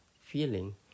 feeling